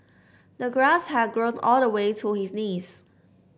the grass had grown all the way to his knees